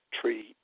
tree